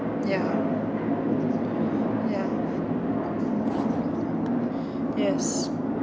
ya ya yes